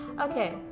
okay